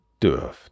dürft